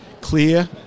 clear